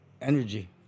energy